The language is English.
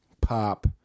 pop